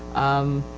um,